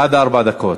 עד ארבע דקות.